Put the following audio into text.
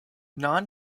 non